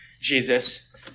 Jesus